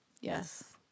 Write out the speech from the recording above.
Yes